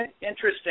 interesting